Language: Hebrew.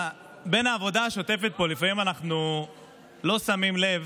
בעבודה השוטפת פה אנחנו לפעמים לא שמים לב